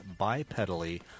bipedally